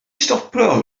stopio